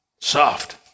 soft